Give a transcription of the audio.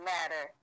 Matter